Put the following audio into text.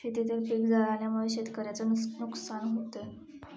शेतीतील पीक जळाल्यामुळे शेतकऱ्याचं नुस नुकसान होतं